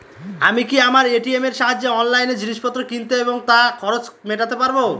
আমি কি আমার এ.টি.এম এর সাহায্যে অনলাইন জিনিসপত্র কিনতে এবং তার খরচ মেটাতে পারব?